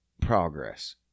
progress